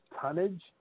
tonnage